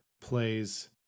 plays